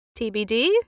TBD